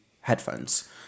headphones